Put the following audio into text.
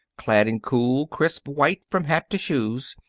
clad in cool, crisp white from hat to shoes,